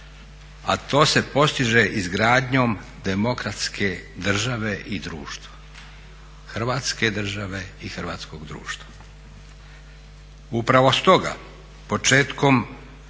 a to se postiže izgradnjom demokratske države i društva, Hrvatske države i hrvatskog društva. Upravo stoga početkom